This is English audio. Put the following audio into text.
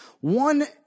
one